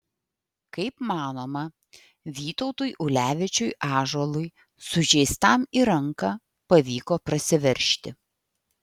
kaip manoma vytautui ulevičiui ąžuolui sužeistam į ranką pavyko prasiveržti